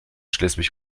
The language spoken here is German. schleswig